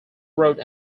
wrote